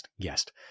guest